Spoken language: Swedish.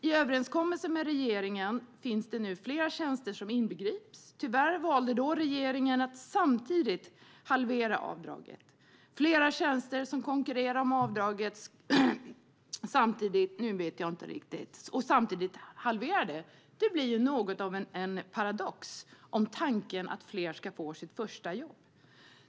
I överenskommelsen med regeringen finns det nu fler tjänster som inbegrips. Tyvärr valde regeringen att samtidigt halvera avdraget. Fler tjänster som konkurrerar om avdraget och samtidigt halvera avdraget blir något av en paradox om tanken är att fler ska få ett första jobb.